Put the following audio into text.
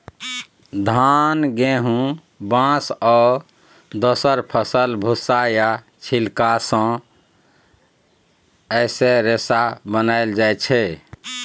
धान, गहुम, बाँस आ दोसर फसलक भुस्सा या छिलका सँ सेहो रेशा बनाएल जाइ छै